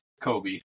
Kobe